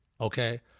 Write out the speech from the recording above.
okay